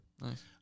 Nice